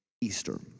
Easter